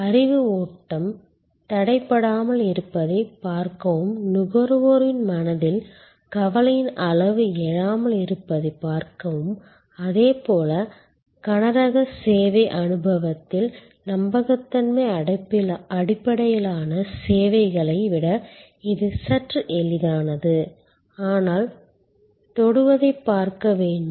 அறிவு ஓட்டம் தடைபடாமல் இருப்பதைப் பார்க்கவும் நுகர்வோரின் மனதில் கவலையின் அளவு எழாமல் இருப்பதைப் பார்க்கவும் அதேபோல கனரக சேவை அனுபவத்தில் நம்பகத்தன்மை அடிப்படையிலான சேவைகளை விட இது சற்று எளிதானது ஆனால் தொடுவதைப் பார்க்க வேண்டும்